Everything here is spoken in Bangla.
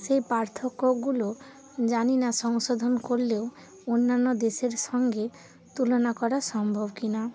সেই পার্থক্যগুলো জানি না সংশোধন করলেও অন্যান্য দেশের সঙ্গে তুলনা করা সম্ভব কি না